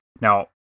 Now